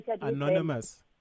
Anonymous